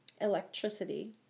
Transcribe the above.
electricity